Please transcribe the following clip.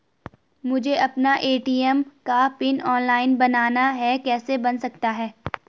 मुझे अपना ए.टी.एम का पिन ऑनलाइन बनाना है कैसे बन सकता है?